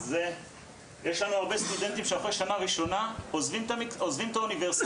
יש הרבה סטודנטים שאחרי שנה ראשונה עוזבים את האוניברסיטה,